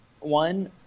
one